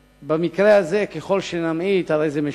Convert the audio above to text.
ובמקרה הזה ככל שנמעיט הרי זה משובח.